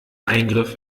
eingriff